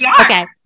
Okay